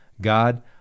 God